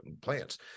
plants